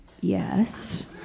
yes